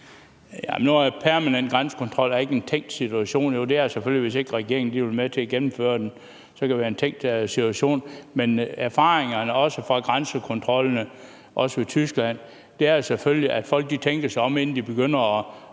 er permanent grænsekontrol ikke en tænkt situation – jo, det er det selvfølgelig, hvis ikke regeringen vil være med til at gennemføre den, så kan det være en tænkt situation – men erfaringerne fra grænsekontrollerne, herunder den ved Tyskland, er selvfølgelig også, at folk tænker sig om, inden de begynder at